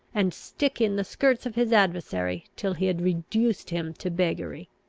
and stick in the skirts of his adversary till he had reduced him to beggary.